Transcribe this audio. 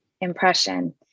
impression